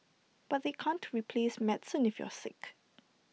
but they can't replace medicine if you're sick